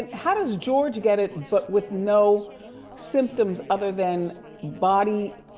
how does george get it, but with no symptoms other than body,